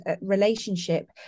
relationship